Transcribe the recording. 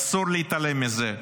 אסור להתעלם מזה.